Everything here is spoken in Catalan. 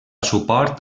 suport